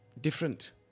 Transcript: different